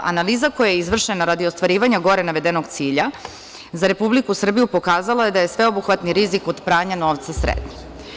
Analiza koja je izvršena radi ostvarivanja gore navedenog cilja, za Republiku Srbiju pokazalo je da je sveobuhvatni rizik od pranja novca srednji.